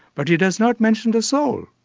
but he does not mention the soul.